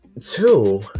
Two